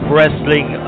Wrestling